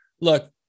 look